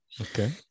Okay